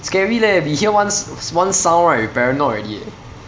scary leh we hear one one sound right we paranoid already eh